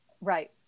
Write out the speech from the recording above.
Right